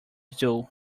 due